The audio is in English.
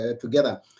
together